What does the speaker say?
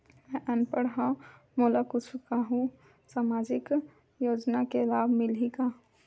मैं अनपढ़ हाव मोला कुछ कहूं सामाजिक योजना के लाभ मिलही का?